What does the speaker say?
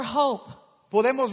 hope